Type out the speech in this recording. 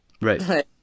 right